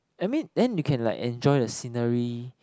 I mean then you can like enjoy the scenery